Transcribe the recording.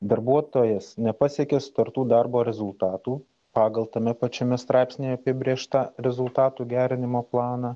darbuotojas nepasiekė sutartų darbo rezultatų pagal tame pačiame straipsnyje apibrėžtą rezultatų gerinimo planą